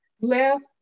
Left